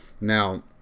Now